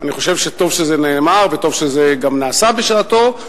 אני חושב שטוב שזה נאמר וטוב שזה גם נעשה בשעתו,